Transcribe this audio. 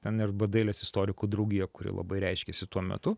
ten arba dailės istorikų draugija kuri labai reiškėsi tuo metu